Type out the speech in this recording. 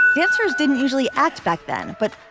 dancers didn't usually act back then but.